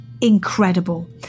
incredible